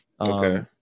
Okay